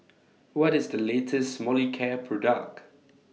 What IS The latest Molicare Product